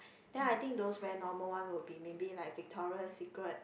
then I think those very normal one will be maybe like Victoria Secret